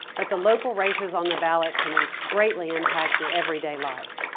but the local races on the ballot can greatly impact your everyday life.